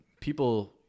people